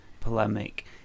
polemic